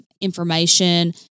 information